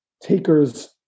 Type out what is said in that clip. takers